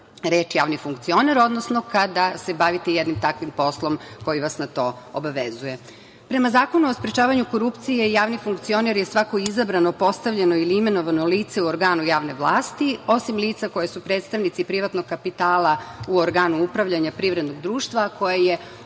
reč javni funkcioner, odnosno kada se bavite jednim takvim poslom koji vas na to obavezuje. Prema Zakonu o sprečavanju korupcije, javni funkcioner je svako izabrano, postavljeno ili imenovano lice u organu javne vlasti, osim lica koja su predstavnici privatnog kapitala u organu upravljanja privrednog društva koje je